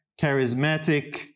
charismatic